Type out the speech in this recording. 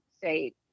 say